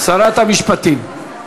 שרת המשפטים.